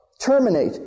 terminate